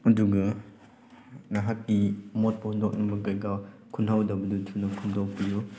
ꯑꯗꯨꯒ ꯅꯍꯥꯛꯀꯤ ꯑꯃꯣꯠꯄ ꯍꯨꯟꯗꯣꯛꯅꯕ ꯀꯩꯀꯥ ꯈꯨꯅꯥꯎꯗꯕꯗꯨ ꯊꯨꯅ ꯈꯨꯟꯗꯣꯛꯄꯤꯌꯨ